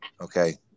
Okay